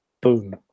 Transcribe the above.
boom